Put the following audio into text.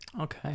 Okay